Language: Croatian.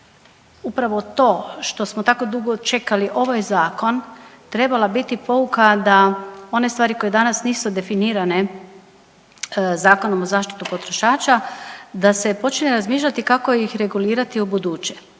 upravo to što smo tako dugo čekali ovaj zakon trebala je biti pouka da one stvari koje danas nisu definirane Zakonom o zaštiti potrošača da se počne razmišljati kako ih regulirati u buduće.